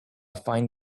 fine